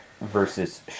versus